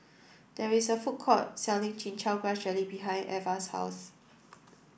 there is a food court selling chin chow grass jelly behind Eva's house